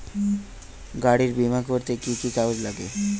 গাড়ীর বিমা করতে কি কি কাগজ লাগে?